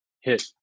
hit